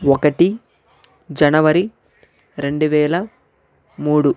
ఒకటి జనవరి రెండువేల మూడు